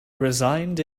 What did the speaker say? resigned